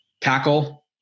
tackle